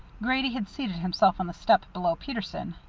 grady had seated himself on the step below peterson.